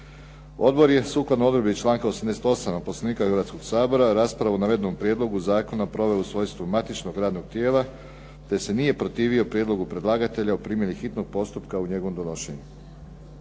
Odbor je sukladno odredbi članka 88. Poslovnika Hrvatskog sabora raspravu o navedenom prijedlogu zakona proveo u svojstvu matičnog radnog tijela, te se nije protivio prijedlogu predlagatelja o primjeni hitnog postupka u njegovom donošenju.